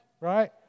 right